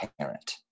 parent